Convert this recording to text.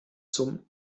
zum